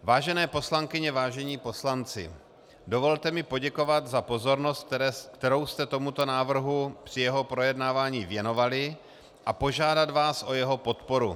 Vážené poslankyně, vážení poslanci, dovolte mi poděkovat za pozornost, kterou jste tomuto návrhu při jeho projednávání věnovali, a požádat vás o jeho podporu.